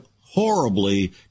horribly